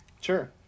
Sure